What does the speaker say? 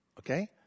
Okay